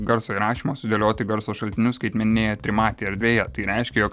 garso įrašymo sudėlioti garso šaltinius skaitmeninėje trimatėje erdvėje tai reiškia jog